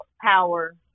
power